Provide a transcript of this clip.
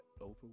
over